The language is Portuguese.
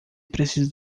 precisa